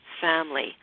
family